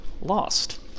lost